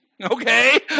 Okay